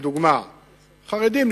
החרדים,